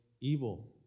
evil